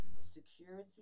security